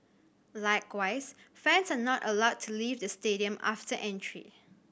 likewise fans are not allowed to leave the stadium after entry